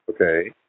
Okay